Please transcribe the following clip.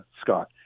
Scott